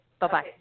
Bye-bye